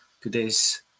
Today's